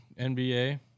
NBA